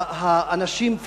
אנשים,